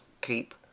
keep